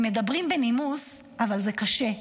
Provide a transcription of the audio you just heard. הם מדברים בנימוס, אבל זה קשה.